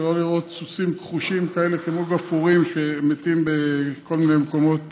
ולא לראות סוסים כחושים כאלה כמו גפרורים שמתים בכל מיני מקומות